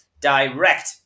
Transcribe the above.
direct